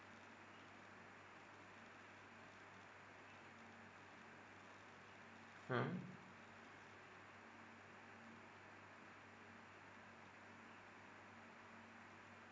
mm